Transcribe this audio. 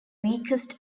weakest